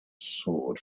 sword